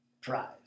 Prize